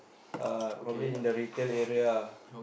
uh probably in the retail area ah